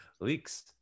Leaks